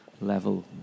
level